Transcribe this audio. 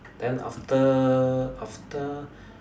then after after